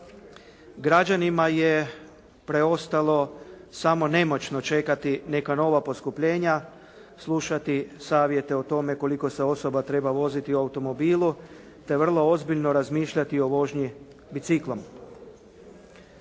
Građanima je preostalo samo nemoćno čekati neka nova poskupljenja, slušati savjete o tome koliko se osoba treba voziti u automobilu te vrlo ozbiljno razmišljati o vožnji biciklom.